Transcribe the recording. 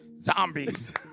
Zombies